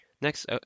Next